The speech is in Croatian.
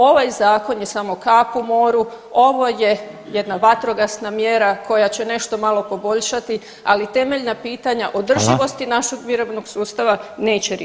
Ovaj zakon je samo kap u moru, ovo je jedna vatrogasna mjera koja će nešto malo poboljšati, ali temeljna pitanja održivosti našeg mirovnog sustava neće riješiti, hvala.